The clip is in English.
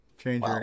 Change